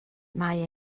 mae